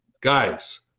guys